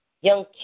young